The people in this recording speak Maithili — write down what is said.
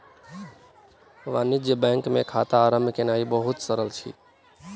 वाणिज्य बैंक मे खाता आरम्भ केनाई बहुत सरल अछि